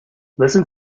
listen